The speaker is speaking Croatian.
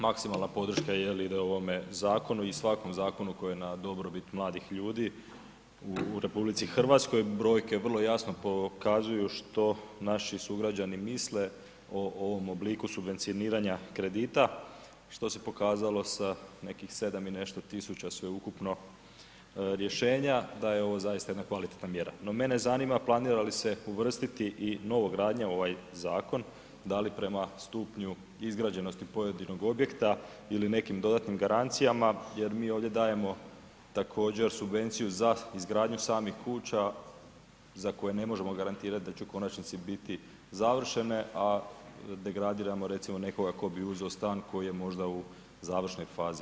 Maksimalna podrška je li, ide ovom zakonu i svakome zakonu koji je na dobrobit mladih ljudi u RH, broje vrlo jasno pokazuju što naši sugrađani misle o ovom obliku subvencioniranja kredita, što pokazalo sa nekih 7 i nešto tisuća sveukupno rješenja da je ovo zaista jedna kvalitetna mjera no mene zanima planira li se uvrstiti i novogradnja u ovaj zakon, da li prema stupnju izgrađenosti pojedinog objekta ili dodatnim garancijama jer mi ovdje dajemo također subvenciju za izgradnju samih kuća za koje ne možemo garantirati da će u konačnici biti završene a degradiramo recimo nekoga tko bi uzeo stan koji je možda u završnoj fazi izgradnje, hvala.